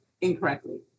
incorrectly